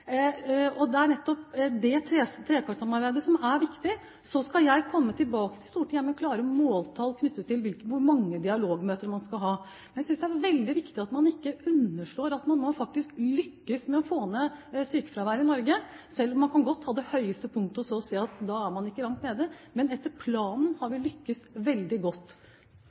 Det er nettopp det trekantsamarbeidet som er viktig. Så skal jeg komme tilbake til Stortinget med klare måltall knyttet til hvor mange dialogmøter man skal ha. Jeg synes det er veldig viktig at man ikke underslår at man nå faktisk lykkes med å få ned sykefraværet i Norge, selv om man godt kan ta utgangspunkt i det høyeste punktet og si at da er man ikke langt nede, men etter planen har vi lyktes veldig godt.